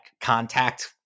contact